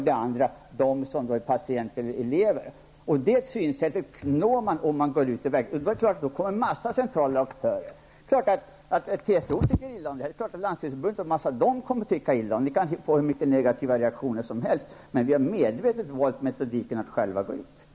Detsamma gäller också för patienter och för elever. Det är en uppfattning som man kommer fram till om man går ut i verkligheten. I det perspektivet kan en mängd centrala verksamheter komma att upphöra. Det är klart att man inom TCO och Landstingsförbundet kommer att tycka illa om detta. Vi kan få många negativa reaktioner på detta, men vi har medvetet valt metodiken att själva gå ut på fältet.